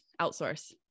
outsource